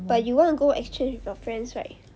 but you wanna go exchange with your friends right